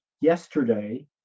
yesterday